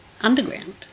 underground